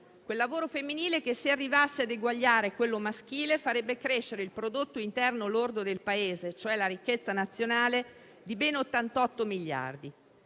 quel lavoro femminile che, se arrivasse ad eguagliare quello maschile, farebbe crescere il prodotto interno lordo del Paese, cioè la ricchezza nazionale, di ben 88 miliardi.